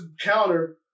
counter